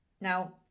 Now